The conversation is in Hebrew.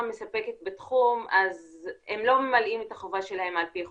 מספקת בתחום אז הם לא ממלאים את החובה שלהם על פי חוק.